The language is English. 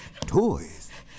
Toys